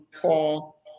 Paul